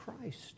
Christ